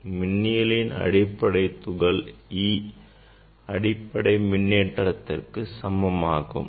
மின்னியலின் அடிப்படைத் துகள் e அடிப்படை மின்னேற்றத்திற்கு சமமாகும்